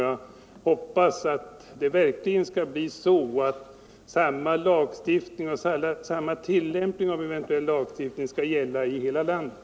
Jag hoppas verkligen att en eventuell lagstiftning blir enhetlig och att samma tillämpning av en sådan lagstiftning skall gälla i hela landet.